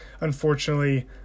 unfortunately